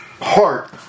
Heart